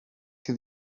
cyn